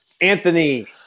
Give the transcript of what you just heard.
Anthony